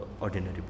ordinary